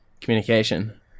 Communication